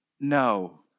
No